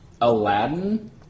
Aladdin